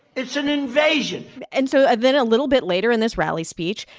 it's an invasion and so and then a little bit later in this rally speech,